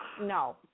No